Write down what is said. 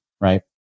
right